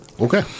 Okay